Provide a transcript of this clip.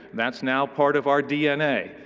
that's now part of our dna.